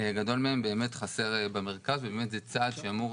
גדול מהן באמת חסר במרכז וזה צעד לאפשר